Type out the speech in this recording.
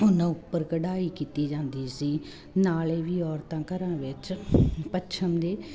ਉਹਨਾਂ ਉੱਪਰ ਕਢਾਈ ਕੀਤੀ ਜਾਂਦੀ ਸੀ ਨਾਲੇ ਵੀ ਔਰਤਾਂ ਘਰਾਂ ਵਿੱਚ ਪੱਛਮ ਦੇ